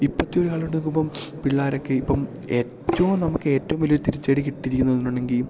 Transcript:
ഇപ്പത്തെ ഒരാള്ണ്ടാക്മ്പം പിള്ളാരൊക്കെ ഇപ്പം ഏറ്റവും നമക്കേറ്റവും വലിയൊരു തിരിച്ചടി കിട്ടിയിരിക്കുന്നു